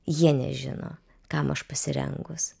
jie nežino kam aš pasirengus